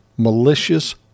Malicious